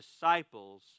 disciples